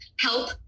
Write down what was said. help